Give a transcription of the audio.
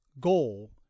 goal